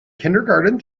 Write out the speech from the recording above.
kindergarten